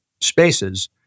spaces